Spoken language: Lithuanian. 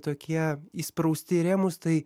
tokie įsprausti į rėmus tai